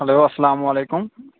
hello اسلام علیکُم